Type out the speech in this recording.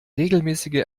regelmäßige